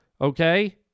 Okay